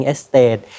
Estate